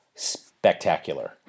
Spectacular